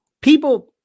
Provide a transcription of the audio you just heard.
people